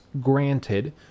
granted